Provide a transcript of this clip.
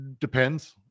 depends